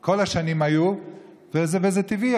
כל השנים וזה טבעי.